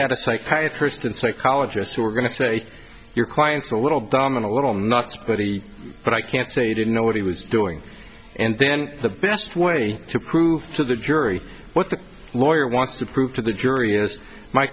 had a psychiatrist and psychologist who were going to say your client's a little dominant a little nuts but he but i can't say he didn't know what he was doing and then the best way to prove to the jury what the lawyer wants to prove to the jury is my